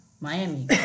Miami